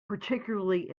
particularly